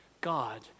God